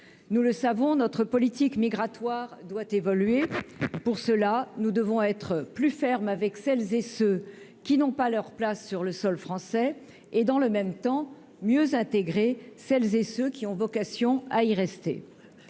nous le savons, notre politique migratoire doit évoluer pour cela, nous devons être plus ferme avec celles et ceux qui n'ont pas leur place sur le sol français et dans le même temps mieux intégrer celles et ceux qui ont vocation à y rester,